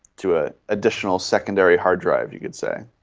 to an additional secondary hard drive, you could say,